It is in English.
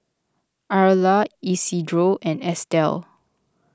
Arla Isidro and Estel